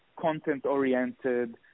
content-oriented